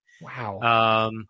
Wow